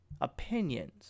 Opinions